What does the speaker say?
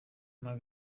nyuma